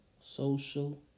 social